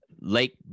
Lake